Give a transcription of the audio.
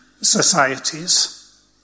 societies